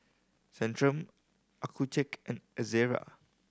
Centrum Accucheck and Ezerra